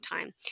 time